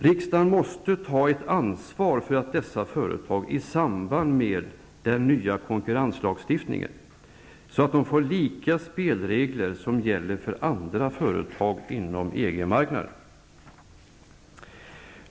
Riksdagen måste ta ett ansvar för att dessa företag i samband med den nya konkurrenslagstiftningen får samma spelregler som de som gäller för företag inom EG-marknaden.